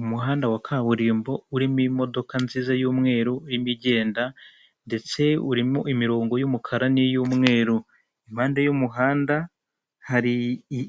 Umuhanda wa kaburimbo urimo imodoka nziza y'umweru, irimo igenda ndetse urimo imirongo y'umukara n'iy'umweru. Impande y'umuhanda, hari